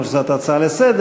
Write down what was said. אף שזו הייתה הצעה לסדר-היום.